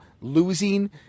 losing